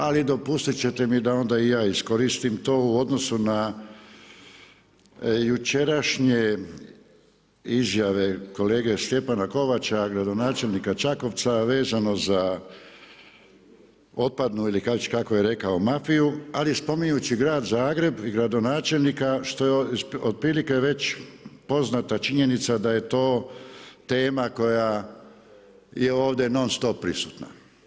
Ali dopustit ćete mi da onda i ja iskoristim to u odnosu na jučerašnje izjave kolege Stjepana Kovača gradonačelnika Čakovca, a vezano za otpadnu ili kako je rekao mafiju, ali spominjući grad Zagreb i gradonačelnika što je otprilike već poznata činjenica da je to tema koja je ovdje non-stop prisutna.